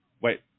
Wait